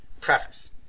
Preface